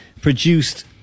produced